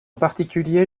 particulier